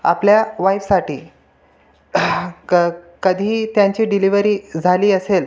आपल्या वाईफसाठी क कधी त्यांची डिलिव्हरी झाली असेल